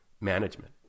management